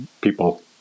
people